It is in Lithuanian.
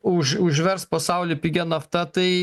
už užvers pasaulį pigia nafta tai